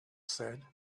said